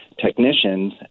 technicians